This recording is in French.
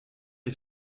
est